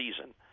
season